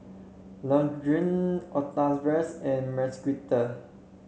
Lourdes Octavius and Marquita